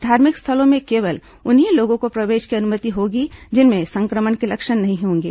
धार्मिक स्थलों में केवल उन्हीं लोगों को प्रवेष की अनुमति होगी जिनमें संक्रमण के लक्षण नहीं होंगे